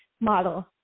model